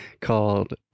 called